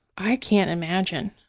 i can't imagine.